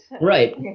Right